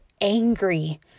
angry